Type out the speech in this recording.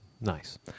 nice